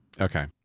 Okay